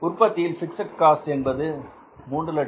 உற்பத்தியில் fixed cost என்பது 360000